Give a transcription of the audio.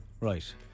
Right